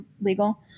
legal